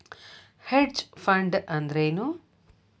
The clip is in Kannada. ಹೆಡ್ಜ್ ಫಂಡ್ ಅಂದ್ರೇನು?